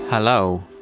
Hello